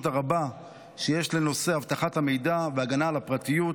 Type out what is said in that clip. הרבה שיש לנושא אבטחת המידע והגנה על הפרטיות,